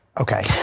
Okay